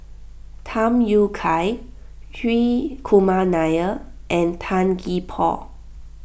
Tham Yui Kai Hri Kumar Nair and Tan Gee Paw